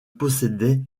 possédaient